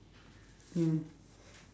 mm